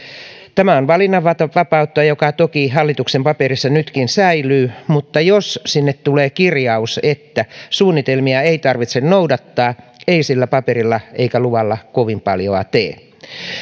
tämä on valinnanvapautta joka toki hallituksen paperissa nytkin säilyy mutta jos sinne tulee kirjaus siitä että suunnitelmia ei tarvitse noudattaa ei sillä paperilla eikä luvalla kovin paljoa tee